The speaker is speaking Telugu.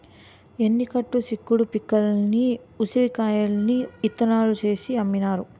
ఎన్ని కట్టు చిక్కుడు పిక్కల్ని ఉడిసి కాయల్ని ఇత్తనాలు చేసి అమ్మినారు